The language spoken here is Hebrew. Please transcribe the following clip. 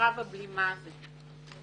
בקרב הבלימה הזה.